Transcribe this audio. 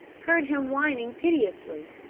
heard him whining piteously.